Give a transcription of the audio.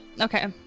Okay